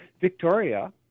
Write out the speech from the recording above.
Victoria